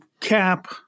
cap